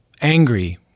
angry